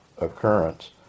occurrence